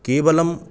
केवलम्